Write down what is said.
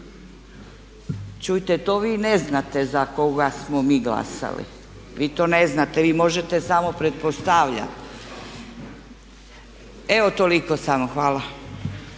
Čujte vi to ne znate za koga smo mi glasali. Vi to ne znate, vi možete samo pretpostavljati. Evo toliko samo. Hvala.